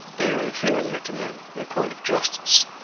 they are inferior to men in point of justice,